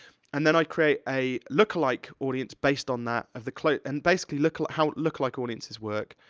and then i create a lookalike audience based on that, of the close, and basically, lookalike, how lookalike audiences work,